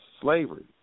slavery